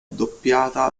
doppiata